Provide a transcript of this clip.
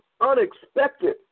unexpected